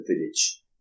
village